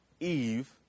Eve